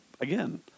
again